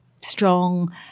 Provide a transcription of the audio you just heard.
strong